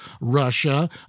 Russia